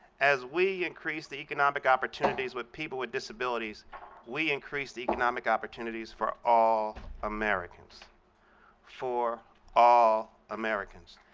as we increase the economic opportunities with people with disabilities we increase the economic opportunities for all americans for all americans.